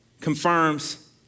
confirms